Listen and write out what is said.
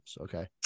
okay